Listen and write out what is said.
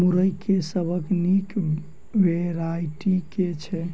मुरई केँ सबसँ निक वैरायटी केँ छै?